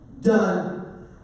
Done